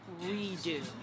redo